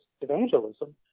evangelism